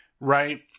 right